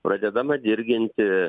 pradedama dirginti